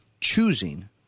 choosing